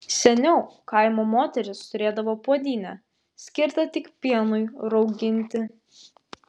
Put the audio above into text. seniau kaimo moterys turėdavo puodynę skirtą tik pienui rauginti